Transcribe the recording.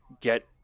get